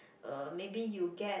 uh maybe you get